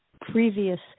previous